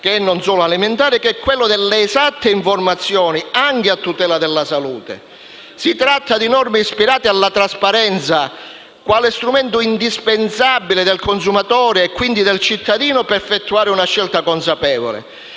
non solo alimentare, che è quello delle esatte informazioni, anche a tutela della salute. Si tratta di norme ispirate alla trasparenza, quale strumento indispensabile del consumatore ed in genere del cittadino per effettuare una scelta consapevole,